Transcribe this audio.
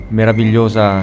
meravigliosa